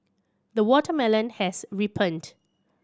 the watermelon has ripened